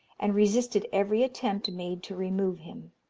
and resisted every attempt made to remove him.